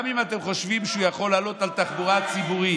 גם אם אתם חושבים שהוא יכול לעלות על תחבורה ציבורית,